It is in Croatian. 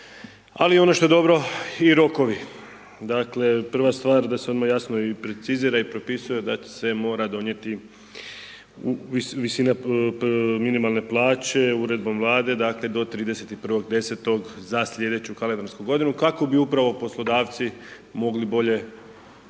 ali ono što je dobro, i rokovi. Dakle, prva stvar da se odmah jasno i precizira i propisuje da se mora donijeti visina minimalne plaće Uredbom Vlade, dakle do 31.10. za sljedeću kalendarsku godinu, kako bi upravo poslodavci mogli bolje